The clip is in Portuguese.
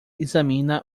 examina